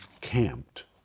camped